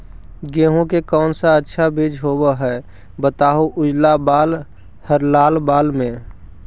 गेहूं के कौन सा अच्छा बीज होव है बताहू, उजला बाल हरलाल बाल में?